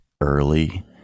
early